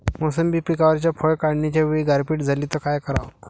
मोसंबी पिकावरच्या फळं काढनीच्या वेळी गारपीट झाली त काय कराव?